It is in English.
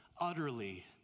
utterly